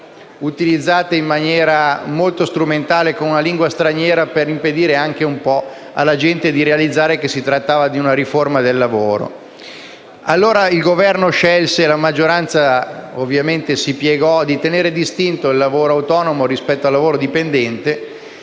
utilizzata in maniera molto strumentale ricorrendo a una lingua straniera per impedire alla gente di realizzare che si trattava di una riforma del lavoro. Allora il Governo scelse - e la maggioranza ovviamente si piegò - di tenere distinto il lavoro autonomo dal lavoro dipendente.